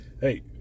hey